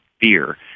fear